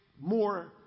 more